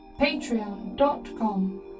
patreon.com